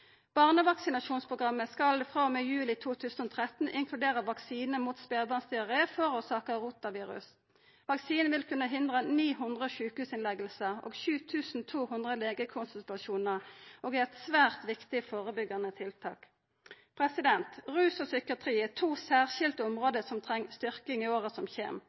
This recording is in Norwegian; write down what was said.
Barnevaksinasjonsprogrammet skal frå og med juli 2013 inkludera vaksine mot spedbarnsdiaré forårsaka av rotavirus. Vaksinen vil kunna hindra 900 sjukehusinnleggingar og 7 200 legekonsultasjonar og er eit svært viktig førebyggjande tiltak. Rus og psykiatri er to særskilte område som treng styrking i åra som kjem.